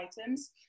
items